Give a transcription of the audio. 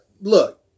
Look